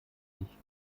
ich